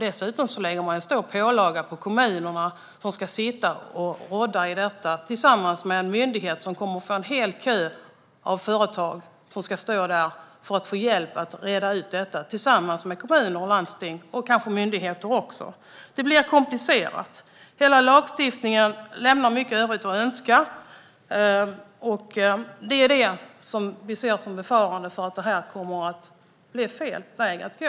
Dessutom läggs en stor börda på kommunerna som ska rådda med detta tillsammans med myndigheter och landsting som kommer att få ta itu med en kö av företag som behöver hjälp. Det blir mer och mer komplicerat. Hela lagstiftningen lämnar mycket övrigt att önska. Vi befarar att det är fel väg att gå.